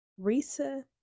Risa